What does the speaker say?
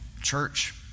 Church